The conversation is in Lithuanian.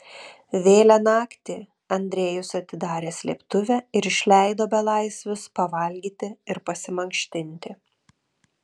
vėlią naktį andrejus atidarė slėptuvę ir išleido belaisvius pavalgyti ir pasimankštinti